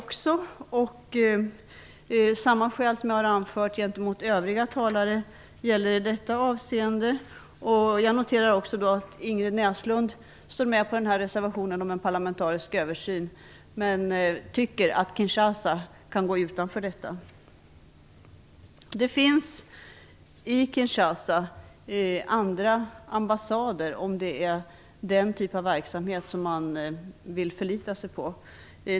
Samma skäl som jag har anfört gentemot övriga talare gäller i detta avseende. Jag noterar också att Ingrid Näslund står med på reservationen om en parlamentarisk översyn, men tycker att Kinshasa kan gå utanför detta. Det finns i Kinshasa andra ambassader, om det är den typ av verksamhet man vill förlita sig på.